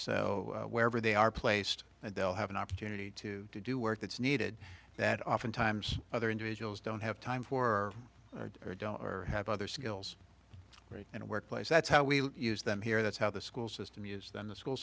so wherever they are placed and they'll have an opportunity to do work that's needed that oftentimes other individuals don't have time for or don't have other skills right in the workplace that's how we use them here that's how the school system used in the school